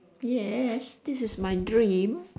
yes this is my dream